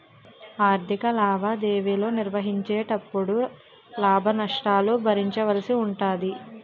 ఆర్ధిక లావాదేవీలు నిర్వహించేటపుడు లాభ నష్టాలను భరించవలసి ఉంటాది